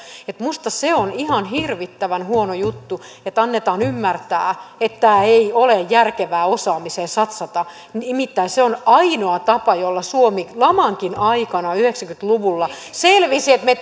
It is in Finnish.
minusta se on ihan hirvittävän huono juttu että annetaan ymmärtää että ei ole järkevää osaamiseen satsata nimittäin se on ainoa tapa jolla suomi lamankin aikana yhdeksänkymmentä luvulla selvisi että me